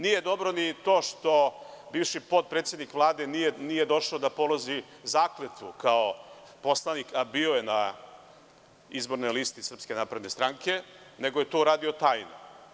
Nije dobro ni to što bivši potpredsednik Vlade nije došao da položi zakletvu kao poslanik, a bio je na Izbornoj listi SNS nego je to uradio tajno.